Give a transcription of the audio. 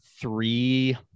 three